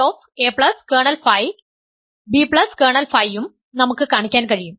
Ψ a kernel Φ b kernel Φ ഉം നമുക്ക് കാണിക്കാൻ കഴിയും